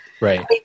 Right